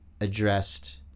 addressed